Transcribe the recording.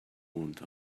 want